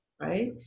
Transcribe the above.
right